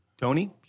Tony